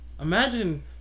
Imagine